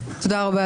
תודה רבה,